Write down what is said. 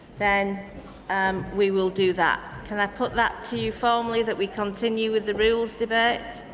then um we will do that. can i put that to you formerly that we continue with the rules debate?